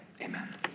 amen